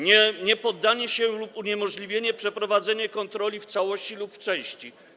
Niepoddanie się lub uniemożliwienie przeprowadzenia kontroli w całości lub części.